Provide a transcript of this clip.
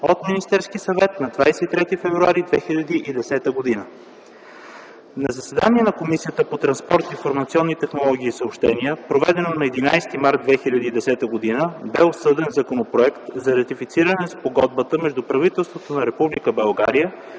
от Министерския съвет на 23 февруари 2010 г. На заседание на Комисията по транспорт, информационни технологии и съобщения, проведено на 11 март 2010 г., бе обсъден Законопроект за ратифициране на Спогодбата между правителството на